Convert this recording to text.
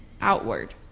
outward